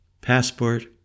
passport